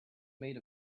made